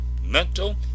mental